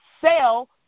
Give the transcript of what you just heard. Sell